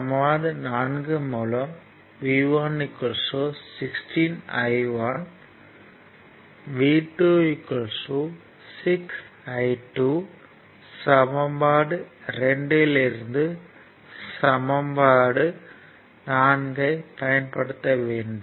சமன்பாடு 4 மூலம் V1 16 I1 V2 6 I2 சமன்பாடு 2 இல் சமன்பாடு 4 ஐ பயன்படுத்த வேண்டும்